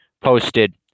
posted